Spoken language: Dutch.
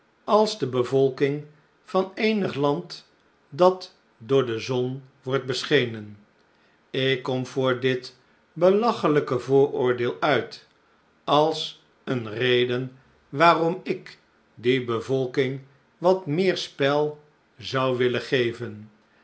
als de bevolking van eenig land dat door de zon wordt beschenen ik kom voor dit belachelijke vooroordeel uit als eene reden waarom ik die bevolking wat meer spel zou willen geven